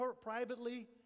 privately